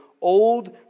old